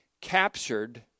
captured